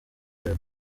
rwego